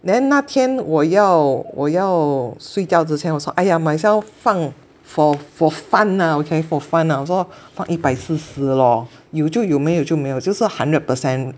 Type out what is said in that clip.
then 那天我要我要睡觉之前我说 !aiya! might as well 放 for for fun lah okay for fun lah 我说放一百四十咯有就有没有就没有就算 hundred per cent